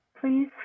please